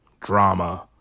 drama